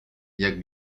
jak